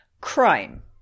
Crime